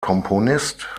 komponist